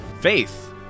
Faith